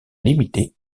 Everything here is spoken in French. limité